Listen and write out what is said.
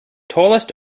tallest